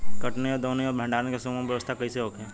कटनी और दौनी और भंडारण के सुगम व्यवस्था कईसे होखे?